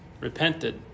repented